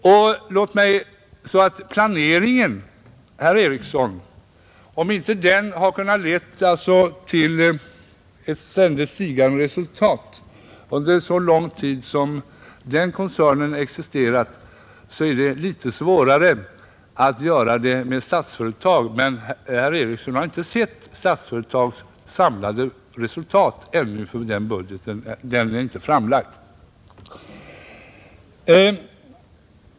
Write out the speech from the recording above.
Om alltså planeringen, herr Ericsson, inte kunnat leda till ett ständigt stigande resultat under så lång tid som hans koncern existerat, är det ännu svårare för Statsföretag. Men herr Ericsson har inte sett Statsföretags samlade resultat ännu, eftersom det ännu inte är framlagt.